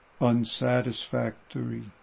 unsatisfactory